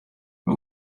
but